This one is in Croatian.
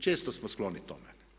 Često smo skloni tome.